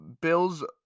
Bills